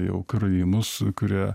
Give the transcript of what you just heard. jau karaimus kurie